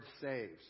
saves